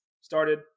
started